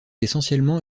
essentiellement